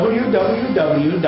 www